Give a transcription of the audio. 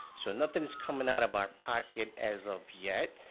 so nothing's coming out of our pocket as of yet.